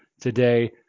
today